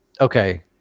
okay